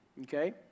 Okay